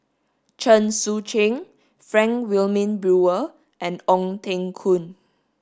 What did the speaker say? Chen Sucheng Frank Wilmin Brewer and Ong Teng Koon